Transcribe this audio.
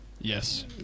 yes